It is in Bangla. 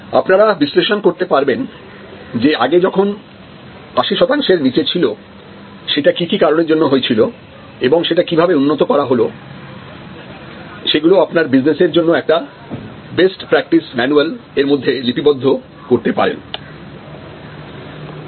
আপনারা বিশ্লেষণ করতে পারবেন যে আগে যখন 80 শতাংশের নিচে ছিল সেটা কি কি কারণের জন্য হয়েছিল এবং সেটা কিভাবে উন্নত করা হলো সেগুলো আপনার বিজনেস এর জন্য একটা বেস্ট প্রাক্টিস ম্যানুয়াল এর মধ্যে লিপিবদ্ধ করতে পারেন